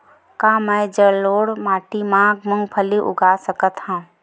का मैं जलोढ़ माटी म मूंगफली उगा सकत हंव?